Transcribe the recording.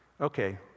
Okay